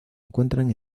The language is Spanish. encuentran